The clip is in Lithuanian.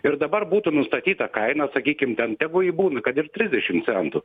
ir dabar būtų nustatyta kaina sakykim ten tegu ji būn kad ir trisdešim centų